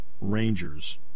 Rangers